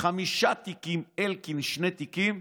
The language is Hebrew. חמישה תיקים, אלקין שני תיקים,